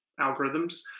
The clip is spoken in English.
algorithms